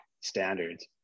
standards